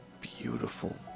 beautiful